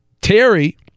Terry